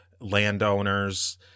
landowners